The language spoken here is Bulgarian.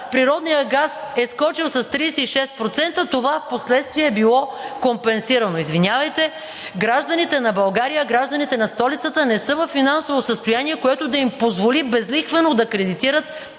природният газ е скочил с 36%, това впоследствие било компенсирано! Извинявайте, гражданите на България, гражданите на столицата не са във финансово състояние, което да им позволи безлихвено да кредитират